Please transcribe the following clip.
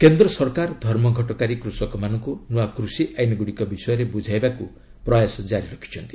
କେନ୍ଦ୍ର ସରକାର ଧର୍ମଘଟକାରୀ କୃଷକମାନଙ୍କୁ ନୂଆ କୃଷି ଆଇନଗୁଡ଼ିକ ବିଷୟରେ ବୁଝାଇବାକୁ ପ୍ରୟାସ କାରି ରଖିଛନ୍ତି